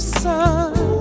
sun